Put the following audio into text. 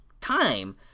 time